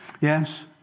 Yes